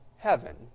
Heaven